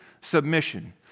submission